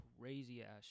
crazy-ass